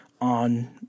on